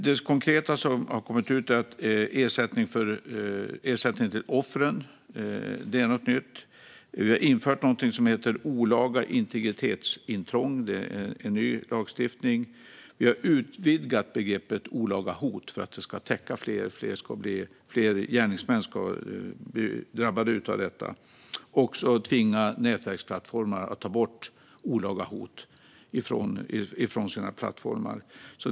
Det konkreta som har kommit ut är ersättning till offren. Det är något nytt. Vi har infört någonting som kallas olaga integritetsintrång. Det är en ny lagstiftning. Vi har utvidgat begreppet olaga hot för att det ska täcka fler och att fler gärningsmän ska bli träffade av detta. Det handlar också om att tvinga nätverksplattformar att ta bort olaga hot från sina plattformar.